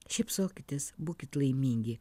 šypsokitės būkit laimingi